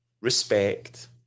respect